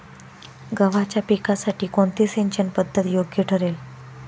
गव्हाच्या पिकासाठी कोणती सिंचन पद्धत योग्य ठरेल?